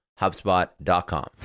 HubSpot.com